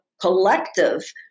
collective